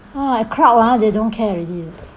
!wah! like crowd ah they don't care already leh